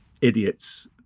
idiots